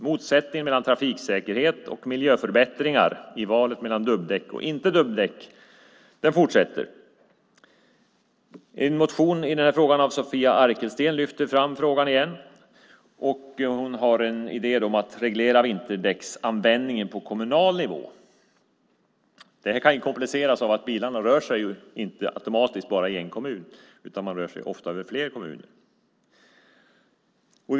Motsättningarna mellan trafiksäkerhet och miljöförbättringar i valet mellan dubbdäck och odubbade däck fortsätter. En motion i den här frågan av Sofia Arkelsten lyfter fram frågan igen. Hon har en idé om att reglera vinterdäcksanvändningen på kommunal nivå. Det här kan ju kompliceras av att bilarna ju inte automatiskt rör sig i bara en kommun utan ofta i flera kommuner.